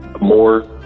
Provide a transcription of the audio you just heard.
more